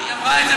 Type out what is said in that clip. היא אמרה את זה,